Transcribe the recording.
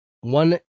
one